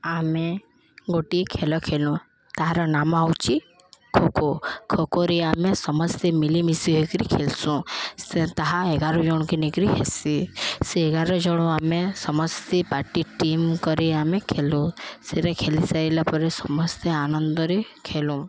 ଆମେ ଗୋଟିଏ ଖେଲ ଖେଲୁ ତାହାର ନାମ ହେଉଛି ଖୋକୋ ଖୋକୋରେ ଆମେ ସମସ୍ତେ ମିଲିମିଶି ହେଇକିରି ଖେଲସୁଁ ସେ ତାହା ଏଗାର ଜଣ କି ନେଇିକିରି ହେସି ସେ ଏଗାର ଜଣ ଆମେ ସମସ୍ତେ ପାଟି ଟିମ୍ କରି ଆମେ ଖେଲୁ ସେଟେ ଖେଲିସାରିଲା ପରେ ସମସ୍ତେ ଆନନ୍ଦରେ ଖେଲୁ